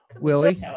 Willie